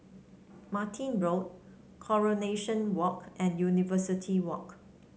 Martin Road Coronation Walk and University Walk